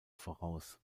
voraus